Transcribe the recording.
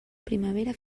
primavera